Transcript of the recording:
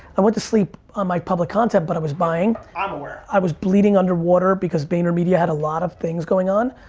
i went to sleep on my public content but i was buying, i'm aware. i was bleeding underwater because vaynermedia had a lot of things going on.